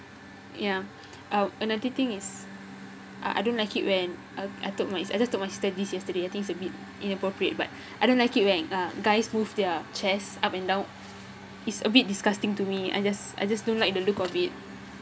ya oh another thing is I don't like it when uh I took my I just told my sister this yesterday I think it's a bit inappropriate but I don't like it when uh guys move their chest up and down it's a bit disgusting to me I just I just don't like the look of it